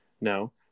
No